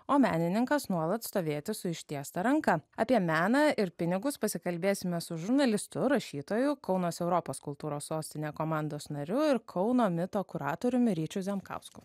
o menininkas nuolat stovėti su ištiesta ranka apie meną ir pinigus pasikalbėsime su žurnalistu rašytoju kaunas europos kultūros sostine komandos narių ir kauno mito kuratoriumi ryčiu zemkausku